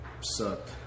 Sucked